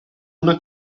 una